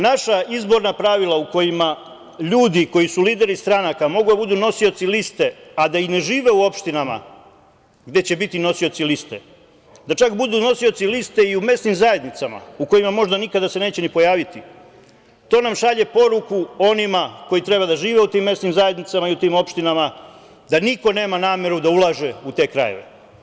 Naša izborna pravila u kojima ljudi koji su lideri stranaka mogu da budu nosioci liste, a da i ne žive u opštinama gde će biti nosioci liste, da čak budu nosioci liste i u mesnim zajednicama u kojima se možda nikada neće ni pojaviti, to šalje poruku onima koji treba da žive u tim mesnim zajednicama i u tim opštinama da niko nema nameru da ulaže u te krajeve.